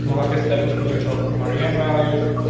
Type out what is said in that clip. um like i said, we can years also hardy and values,